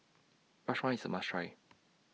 Rajma IS A must Try